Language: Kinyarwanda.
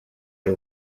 ari